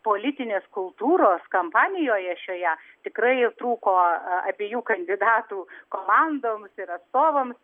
politinės kultūros kampanijoje šioje tikrai trūko abiejų kandidatų komandoms ir atstovams